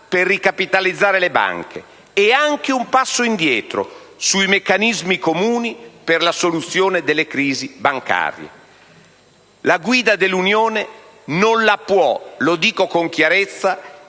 per ricapitalizzare le banche e un passo indietro sui meccanismi comuni per la soluzione delle crisi bancarie. La guida dell'Unione - lo dico con chiarezza